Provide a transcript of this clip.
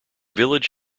village